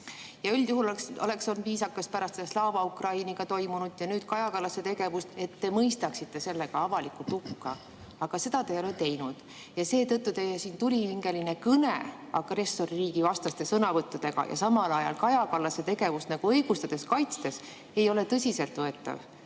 Ja üldjuhul oleks olnud viisakas pärast Slava Ukrainiga toimunut ja nüüd Kaja Kallase tegevust, et te mõistaksite selle ka avalikult hukka. Aga seda te ei ole teinud. Ja seetõttu see teie tulihingeline kõne agressorriigivastaste sõnavõttudega ja samal ajal Kaja Kallase tegevuse õigustamine, kaitsmine ei ole tõsiselt võetav.